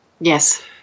Yes